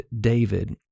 David